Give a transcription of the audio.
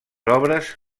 obres